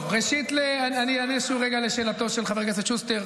ראשית, אני אענה שוב לשאלתו של חבר הכנסת שוסטר.